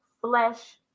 flesh